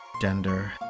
gender